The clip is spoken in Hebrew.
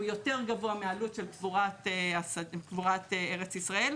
יותר גבוה מהעלות של קבורת ארץ ישראל,